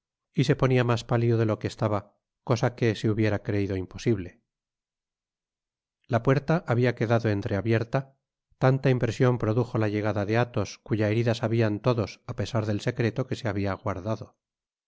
y se ponia mas pálido de lo que estabaj cosa que se hubiera creido imposible la puerta habia quedado entreabierta tanta impresion produjo la llegada de athos cuya herida sabian todos apesar del secreto que se habia guardado